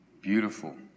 Beautiful